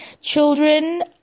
Children